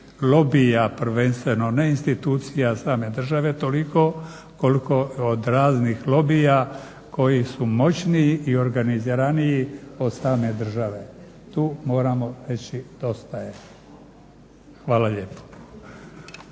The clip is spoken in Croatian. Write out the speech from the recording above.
lobija prvenstveno ne institucija same države toliko koliko od raznih lobija koji su moćniji i organiziraniji od same države. Tu moramo reći dosta je. Hvala lijepo.